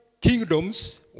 kingdoms